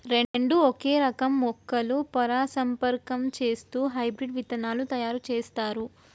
రెండు ఒకే రకం మొక్కలు పరాగసంపర్కం చేస్తూ హైబ్రిడ్ విత్తనాలు తయారు చేస్తారు